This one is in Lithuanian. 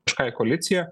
kažką į koaliciją